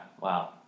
Wow